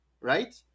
right